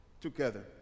together